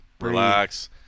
Relax